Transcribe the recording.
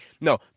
No